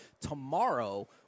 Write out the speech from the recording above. tomorrow